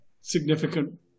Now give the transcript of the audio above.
significant